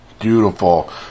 Beautiful